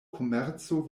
komerco